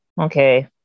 okay